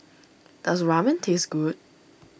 does Ramen taste good